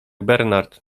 bernard